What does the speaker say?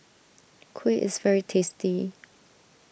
Kuih is very tasty